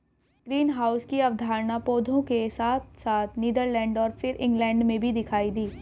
greenhouse की अवधारणा पौधों के साथ साथ नीदरलैंड और फिर इंग्लैंड में भी दिखाई दी